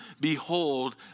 Behold